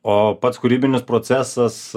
o pats kūrybinis procesas